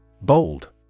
Bold